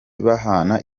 bahana